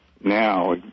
now